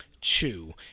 two